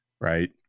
right